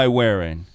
wearing